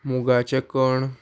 मुगाचें कण